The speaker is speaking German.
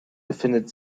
befindet